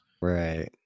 Right